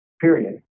Period